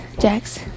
Jax